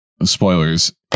Spoilers